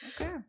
Okay